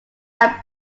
are